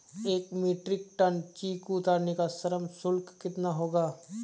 एक metric ton चीकू उतारने का श्रम शुल्क कितना होगा?